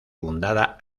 fundada